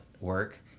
work